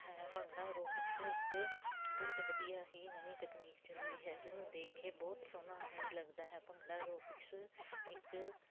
ਹੈ ਭੰਗੜਾ ਐਰੋਬਿਕਸ ਇੱਕ ਬਹੁਤ ਵਧੀਆ ਹੀ ਨਵੀਂ ਤਕਨੀਕ ਚੱਲੀ ਹੈ ਜਿਹਨੂੰ ਦੇਖ ਕੇ ਬਹੁਤ ਸੋਹਣਾ ਇਹ ਲੱਗਦਾ ਹੈ ਭੰਗੜਾ ਐਰੋਬਿਕਸ ਇੱਕ